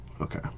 Okay